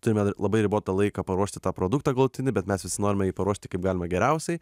turime labai ribotą laiką paruošti tą produktą galutinį bet mes visi norime jį paruošti kaip galima geriausiai